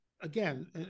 again